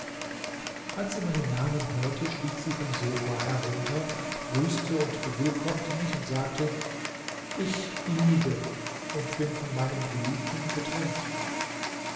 als sie meinen namen hörte stieg sie vom sofa herunter grüßte und bewillkommte mich und sagte ich liebe und bin von meinem geliebten getrennt